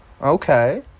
Okay